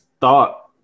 thought